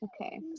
Okay